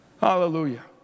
Hallelujah